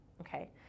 Okay